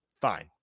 fine